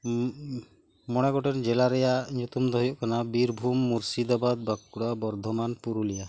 ᱢᱚᱬᱮ ᱜᱚᱴᱮᱱ ᱡᱮᱞᱟ ᱨᱮᱭᱟᱜ ᱧᱩᱛᱩᱢ ᱫᱚ ᱦᱩᱭᱩᱜ ᱠᱟᱱᱟ ᱵᱤᱨᱵᱷᱩᱢ ᱢᱩᱨᱥᱤᱫᱟᱵᱟᱫ ᱵᱟᱸᱠᱩᱲᱟ ᱵᱚᱨᱫᱷᱚᱢᱟᱱ ᱯᱩᱨᱩᱞᱤᱭᱟ